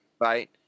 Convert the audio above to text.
Right